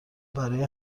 برای